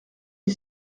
des